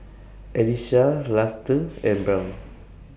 Elyssa Luster and Brown